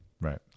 Right